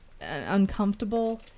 uncomfortable